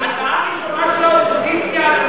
הצעה ראשונה של האופוזיציה,